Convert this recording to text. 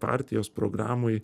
partijos programoj